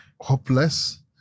hopeless